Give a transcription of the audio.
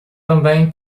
também